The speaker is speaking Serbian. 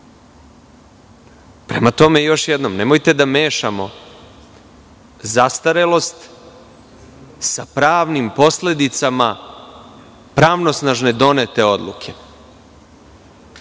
stoji. Prema tome, još jednom, nemojte da mešamo zastarelost sa pravnim posledicama pravosnažne donete odluke.